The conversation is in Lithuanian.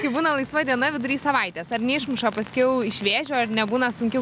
kai būna laisva diena vidury savaitės ar neišmuša paskiau iš vėžių ar nebūna sunkiau